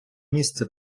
місце